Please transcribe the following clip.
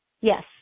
yes